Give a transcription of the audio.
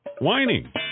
whining